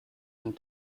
and